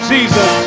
Jesus